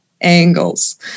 angles